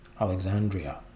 Alexandria